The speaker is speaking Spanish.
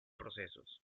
procesos